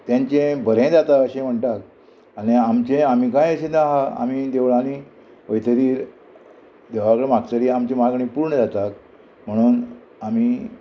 तेंचे बरेय जाता अशें म्हणटात आनी आमचें आमी कांय अशें ना आहा आमी देवळांनी वयतरी देवा कडेन मागतरी आमची मागणी पूर्ण जाता म्हणून आमी